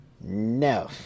No